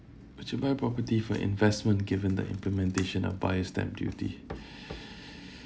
would you buy property for investment given the implementation of buyer stamp duty